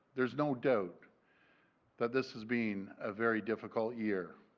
there is no doubt that this has been a very difficult year.